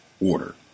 order